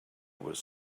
was